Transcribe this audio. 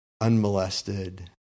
unmolested